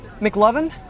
McLovin